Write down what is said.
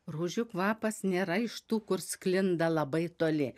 rožių kvapas nėra iš tų kur sklinda labai toli